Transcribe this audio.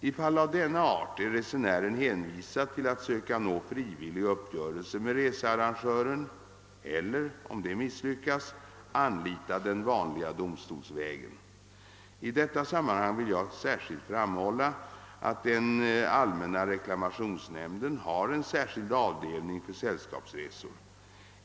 I fall av denna art är resenären hänvisad till att söka nå frivillig uppgörelse med researrangören eller, om detta misslyckas, anlita den vanliga domstolsvägen. I detta sammanhang vill jag särskilt framhålla att den allmänna reklamationsnämnden har en särskild avdelning för sällskapsresor.